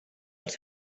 els